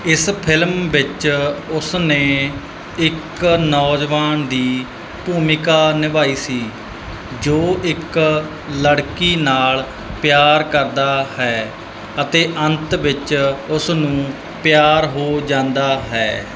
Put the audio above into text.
ਇਸ ਫਿਲਮ ਵਿੱਚ ਉਸ ਨੇ ਇੱਕ ਨੌਜਵਾਨ ਦੀ ਭੂਮਿਕਾ ਨਿਭਾਈ ਸੀ ਜੋ ਇੱਕ ਲੜਕੀ ਨਾਲ ਪਿਆਰ ਕਰਦਾ ਹੈ ਅਤੇ ਅੰਤ ਵਿੱਚ ਉਸ ਨੂੰ ਪਿਆਰ ਹੋ ਜਾਂਦਾ ਹੈ